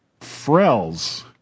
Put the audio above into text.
Frells